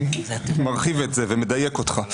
אני מרחיב את זה ומדייק אותך.